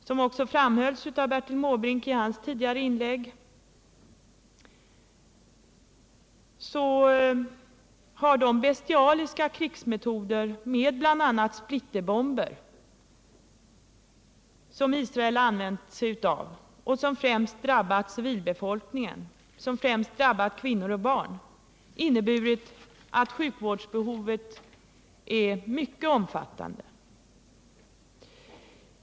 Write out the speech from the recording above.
Som framhölls av Bertil Måbrink i hans tidigare inlägg har de bestialiska krigsmetoder med bl.a. splitterbomber som Israel har använt sig av och som främst har drabbat civilbefolkningen — kvinnor och barn — inneburit att sjukvårdsbehovet är mycket omfattande.